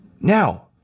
Now